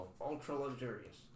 Ultra-luxurious